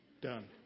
done